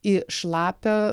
į šlapią